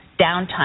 downtime